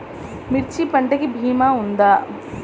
మిర్చి పంటకి భీమా ఉందా?